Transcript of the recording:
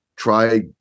try